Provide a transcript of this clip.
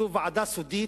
זו ועדה סודית,